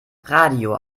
radio